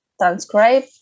transcribe